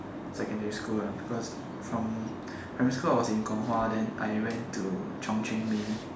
secondary school because from primary school I was in kong-hwa then I went chung-cheng main